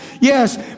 Yes